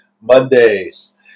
Mondays